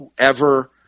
whoever